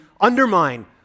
undermine